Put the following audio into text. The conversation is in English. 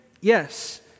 Yes